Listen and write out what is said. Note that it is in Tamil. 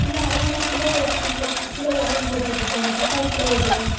இல்லை அதுதாங்க கிலோ எத்தனை கிலோ கிலோ எவ்வளோன்னு போட்டுகிட்டு இருக்கீங்க தக்காளி கிலோ எவ்வளோ